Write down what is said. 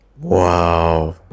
Wow